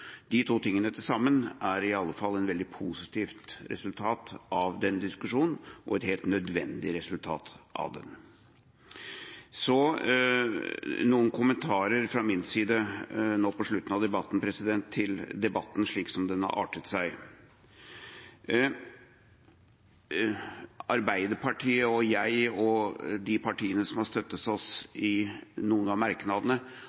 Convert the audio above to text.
De to tingene til sammen er i alle fall et veldig positivt resultat av den diskusjonen og et helt nødvendig resultat av den. Så noen kommentarer fra min side nå på slutten av debatten til slik den har artet seg. Arbeiderpartiet, jeg og de partiene som har støttet oss i noen av merknadene,